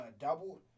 doubled